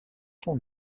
son